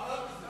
מה רע בזה?